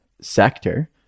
sector